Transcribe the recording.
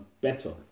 better